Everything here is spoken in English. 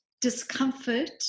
discomfort